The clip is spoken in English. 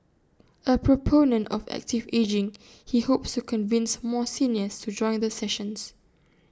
A proponent of active ageing he hopes to convince more seniors to join the sessions